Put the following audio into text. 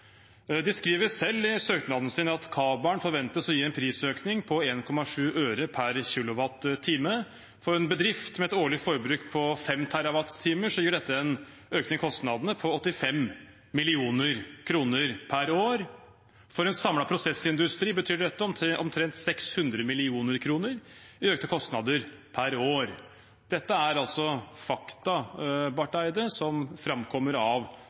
De skriver selv i søknaden sin at kabelen forventes å gi en prisøkning på 1,7 øre per kWh. For en bedrift med et årlig forbruk på 5 TWh gir dette en økning i kostnadene på 85 mill. kr per år. For en samlet prosessindustri betyr dette omtrent 600 mill. kr i økte kostnader per år. Til Espen Barth Eide: Dette er altså fakta som framkommer av